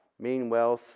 mean wealth